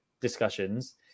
discussions